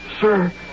Sir